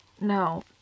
No